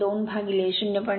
02 0